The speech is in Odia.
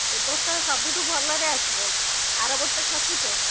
ଏ ବର୍ଷ ସବୁଠୁ ଭଲରେ ଆସିବ ଆରବର୍ଷ ଠକିଛ